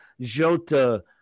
Jota